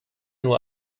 nur